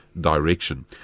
direction